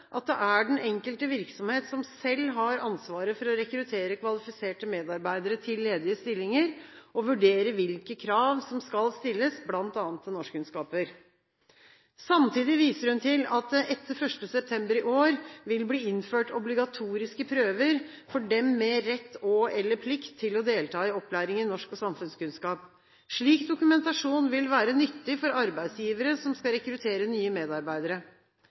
at det er den enkelte virksomhet som selv har ansvaret for å rekruttere kvalifiserte medarbeidere til ledige stillinger og vurdere hvilke krav som skal stilles, bl.a. til norskkunnskaper. Samtidig viser hun til at det etter 1. september i år vil bli innført obligatoriske prøver for dem med rett og/eller plikt til å delta i opplæring i norsk og samfunnskunnskap. Slik dokumentasjon vil være nyttig for arbeidsgivere som skal rekruttere nye medarbeidere.